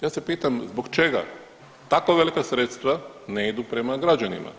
Ja se pitam zbog čega tako velika sredstva ne idu prema građanima?